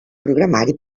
programari